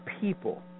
people